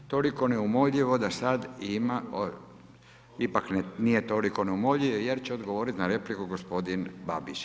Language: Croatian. Toliko neumoljivo da sad ima, ipak nije toliko neumoljivo jer će odgovoriti na repliku gospodin Babić.